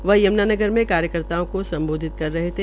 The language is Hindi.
वह यम्नानगर के कार्यकर्ताओं को सम्बोधित कर रहे थे